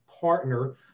partner